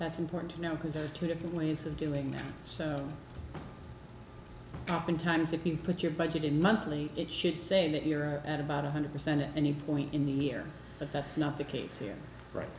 that's important to know because there are two different ways of doing so oftentimes if you put your budget in monthly it should say that you're at about one hundred percent and you point in the year but that's not the case here right